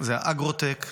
זה האגרו-טק,